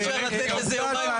למה?